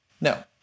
No